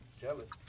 jealous